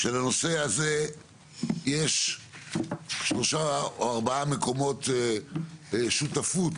לנושא הזה יש שלושה או ארבעה מקומות, שותפות.